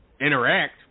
Interact